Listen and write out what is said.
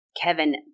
Kevin